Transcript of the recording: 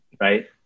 right